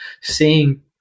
seeing